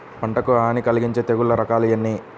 పంటకు హాని కలిగించే తెగుళ్ల రకాలు ఎన్ని?